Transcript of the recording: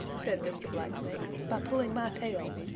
said mr. black snake, by pulling my tail?